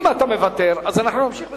אם אתה מוותר, אז אנחנו נמשיך בסדר-היום.